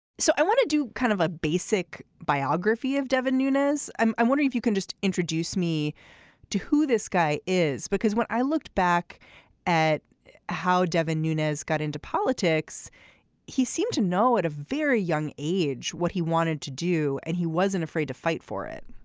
so i want to do kind of a basic biography of devon nunez i wonder if you can just introduce me to who this guy is. because when i looked back at how devon nunez got into politics he seemed to know at a very young age what he wanted to do and he wasn't afraid to fight for it